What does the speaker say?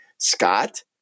scott